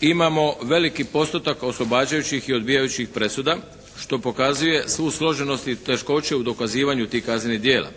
imamo veliki postotak oslobađajućih i odbijajućih presuda što pokazuje svu složenost i teškoće u dokazivanju tih kaznenih djela.